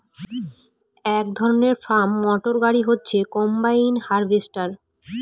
এক ধরনের farm motor গাড়ি হচ্ছে কম্বাইন হার্ভেস্টর